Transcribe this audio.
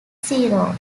zero